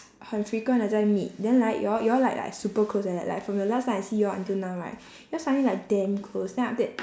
很 frequent 的在 meet then like you all you all like like super close like that like from the last time I see you all until now right you all suddenly like damn close then after that